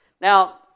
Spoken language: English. Now